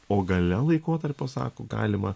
o gale laikotarpio sako galima